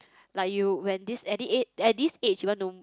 like you when this at a~ at this age you want to